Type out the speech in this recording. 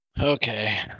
Okay